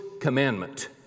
commandment